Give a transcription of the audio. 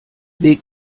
weg